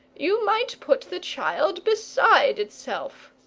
you might put the child beside itself.